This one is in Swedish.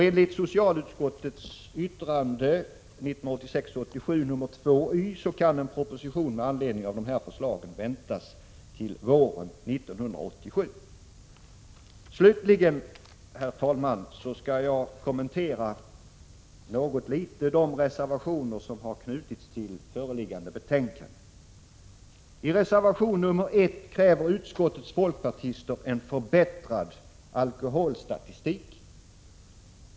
Enligt socialutskottets yttrande 1986/87:2 y kan en proposition med anledning av dessa förslag väntas till våren 1987. Slutligen, herr talman, skall jag något kommentera de reservationer som knutits till föreliggande betänkande. I reservation nr 1 kräver utskottets folkpartister en förbättrad alkoholstatistik.